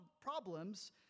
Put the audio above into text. problems